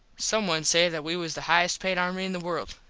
some one say that we was the highest payed army in the world.